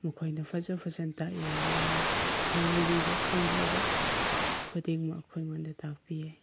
ꯃꯈꯣꯏꯅ ꯐꯖ ꯐꯖꯅ ꯇꯥꯛꯏ ꯃꯣꯏꯅ ꯈꯪꯕꯤꯕ ꯈꯪꯖꯕ ꯈꯨꯗꯤꯡꯃꯛ ꯑꯩꯈꯣꯏꯉꯣꯟꯗ ꯇꯥꯛꯄꯤꯌꯦ